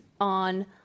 on